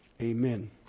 Amen